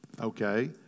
okay